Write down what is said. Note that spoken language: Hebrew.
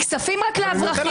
מכספים רק לאברכים,